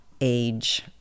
age